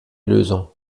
lösung